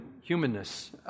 humanness